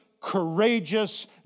courageous